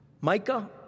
Micah